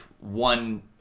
one